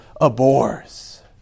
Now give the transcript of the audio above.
abhors